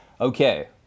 Okay